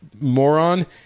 moron